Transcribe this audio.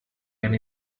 and